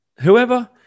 Whoever